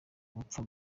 upfa